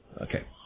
Okay